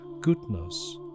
goodness